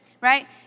Right